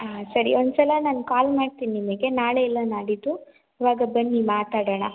ಆಂ ಸರಿ ಒಂದು ಸಲ ನಾನು ಕಾಲ್ ಮಾಡ್ತೀನಿ ನಿಮಗೆ ನಾಳೆ ಇಲ್ಲ ನಾಡಿದ್ದು ಇವಾಗ ಬನ್ನಿ ಮಾತಾಡೋಣ